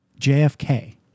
JFK